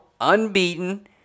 unbeaten